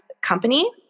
company